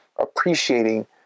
appreciating